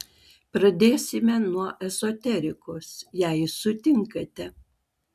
pradėsime nuo ezoterikos jei sutinkate